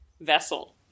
vessel